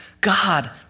God